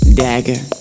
dagger